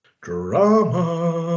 Drama